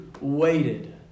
waited